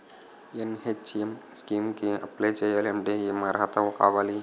NHM scheme కి apply చేయాలి అంటే ఏ అర్హత కావాలి?